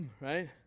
Right